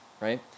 right